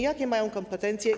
Jakie mają kompetencje?